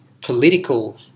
political